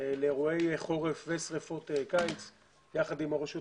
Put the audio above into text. לאירועי חורף ושריפות קיץ יחד עם הרשויות